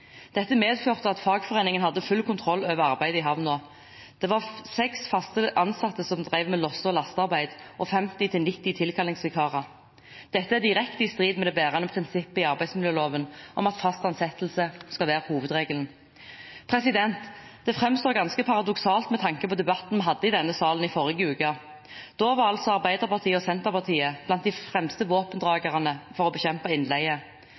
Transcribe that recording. Dette medførte at fagforeningen hadde full kontroll over arbeidet i havnen. Det var seks faste ansatte som dreiv med losse- og lastearbeid, og 50–90 tilkallingsvikarer. Dette er direkte i strid med det bærende prinsippet i arbeidsmiljøloven om at fast ansettelse skal være hovedregelen. Det framstår ganske paradoksalt med tanke på debatten vi hadde i denne salen i forrige uke. Da var Arbeiderpartiet og Senterpartiet blant de fremste våpendragerne for å bekjempe innleie.